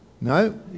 no